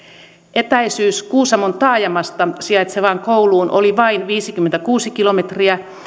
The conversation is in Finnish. etäisyys kuusamon taajamassa sijaitsevaan kouluun oli vain viisikymmentäkuusi kilometriä